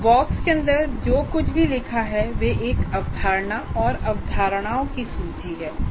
उस बॉक्स के अंदर जो कुछ भी लिखा है वह एक अवधारणा या अवधारणाओं की सूची है